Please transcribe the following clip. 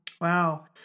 Wow